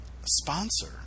sponsor